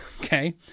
Okay